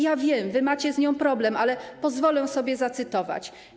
Ja wiem, wy macie z nią problem, ale pozwolę sobie zacytować.